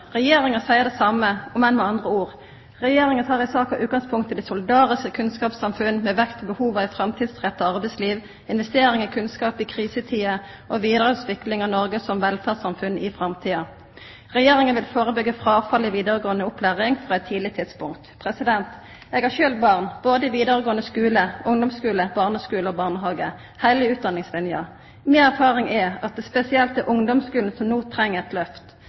Regjeringa seier det same, om enn med andre ord. Regjeringa tek i saka utgangspunkt i det solidariske kunnskapssamfunnet, med vekt på behova i framtidsretta arbeidsliv, investering i kunnskap i krisetider og vidareutvikling av Noreg som velferdssamfunn i framtida. Regjeringa vil førebyggja fråfall i vidaregåande opplæring frå eit tidleg tidspunkt. Eg har sjølv barn, både i vidaregåande skule, ungdomsskule, barneskule og barnehage – heile utdanningslinja. Mi erfaring er at det spesielt er ungdomsskulen som no treng eit